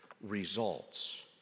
results